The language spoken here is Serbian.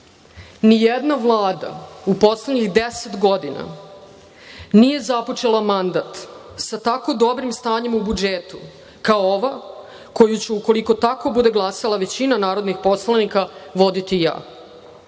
Nijedna vlada u poslednjih deset godina nije započela mandat sa tako dobrim stanjem u budžetu kao ova koju ću, ukoliko tako bude glasala većina narodnih poslanika, voditi ja.